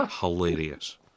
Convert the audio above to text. Hilarious